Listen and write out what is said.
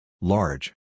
Large